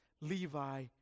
Levi